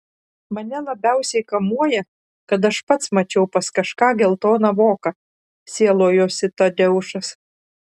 mane labiausiai kamuoja kad aš pats mačiau pas kažką geltoną voką sielojosi tadeušas